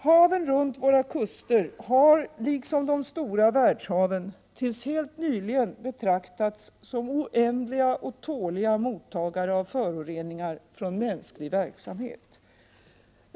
Haven runt våra kuster har, liksom de stora världshaven, tills helt nyligen betraktats som oändliga och tåliga mottagare av föroreningar från mänsklig verksamhet.